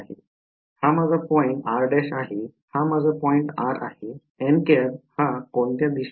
हा माझा point r' आहे हा माझा पॉईंट r आहे हा कोणत्या दिशेने आहे